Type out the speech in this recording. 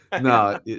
No